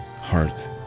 heart